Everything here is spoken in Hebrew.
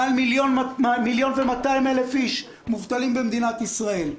מעל 1.2 מיליון איש מובטלים במדינת ישראל.